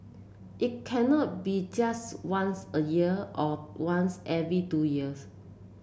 it cannot be just once a year or once every two years